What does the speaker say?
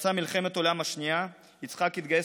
כשפרצה מלחמת העולם השנייה יצחק התגייס